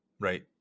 right